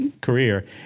career